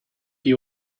you